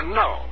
no